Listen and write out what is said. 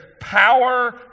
power